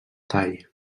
tall